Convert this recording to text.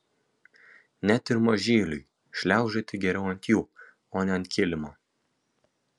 net ir mažyliui šliaužioti geriau ant jų o ne ant kilimo